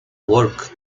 work